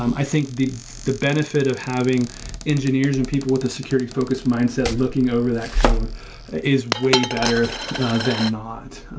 i think the the benefit of having engineers and people with a security focused mindset looking over that code is way better than not,